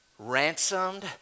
Ransomed